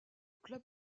club